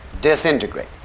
disintegrate